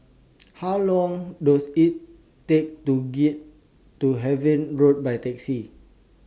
How Long Does IT Take to get to Harvey Road By Taxi